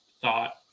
thought